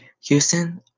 Houston